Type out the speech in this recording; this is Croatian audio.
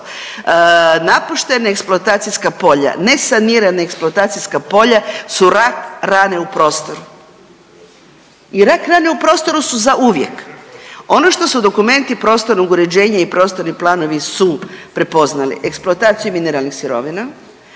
Napuštena eksploatacijska polja ne sanirana eksploatacijska polja su rak rane u prostor i rak rane u prostoru su zauvijek. Ono što su dokumenti prostornog uređenja i prostorni planovi su prepoznali eksploataciju mineralnih sirovina,